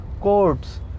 courts